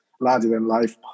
larger-than-life